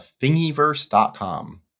Thingiverse.com